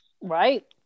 right